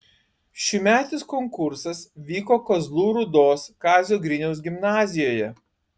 šiųmetis konkursas vyko kazlų rūdos kazio griniaus gimnazijoje